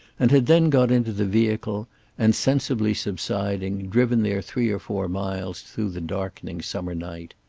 and had then got into the vehicle and, sensibly subsiding, driven their three or four miles through the darkening summer night.